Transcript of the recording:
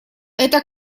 это